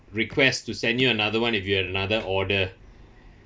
request to send you another [one] if you had another order